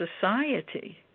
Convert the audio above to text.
society